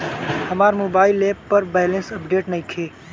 हमार mobile app पर balance update नइखे